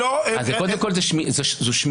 אז, קודם כול, זאת שמירה.